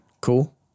cool